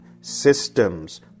systems